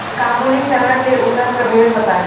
काबुली चना के उन्नत प्रभेद बताई?